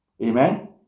Amen